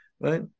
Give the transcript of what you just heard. right